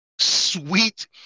Sweet